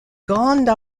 grande